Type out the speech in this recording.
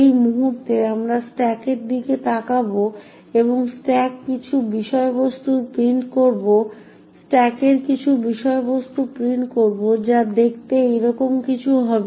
এই মুহুর্তে আমরা স্ট্যাকের দিকে তাকাব এবং স্ট্যাকের কিছু বিষয়বস্তুর প্রিন্ট করব যা দেখতে এইরকম কিছু হবে